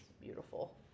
Beautiful